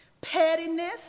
pettiness